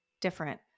different